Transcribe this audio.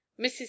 Mrs